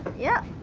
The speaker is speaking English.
yep